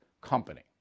company